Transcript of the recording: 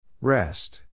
Rest